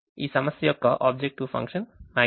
ఈ సమస్య యొక్క objective function maximize 4X1 3X2